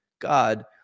God